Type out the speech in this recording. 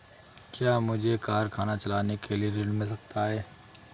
क्या मुझे कारखाना चलाने के लिए ऋण मिल सकता है?